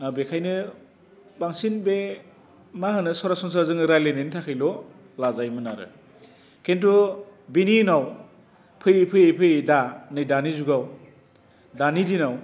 बेखायनो बांसिन बे मा होनो सरासनस्रा जोङो रायलायनायनि थाखायल' लाजायोमोन आरो खिन्थु बिनि उनाव फैयै फैयै फैयै दा नै दानि जुगाव दानि दिनाव